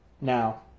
Now